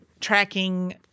tracking